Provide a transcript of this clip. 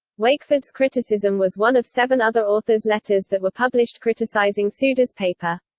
wakeford's criticism was one of seven other author's letters that were published criticizing tsuda's paper.